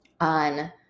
on